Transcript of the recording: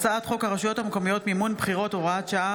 הצעת חוק הרשויות המקומיות (מימון בחירות) (הוראת שעה),